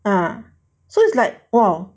ah so it's like !whoa!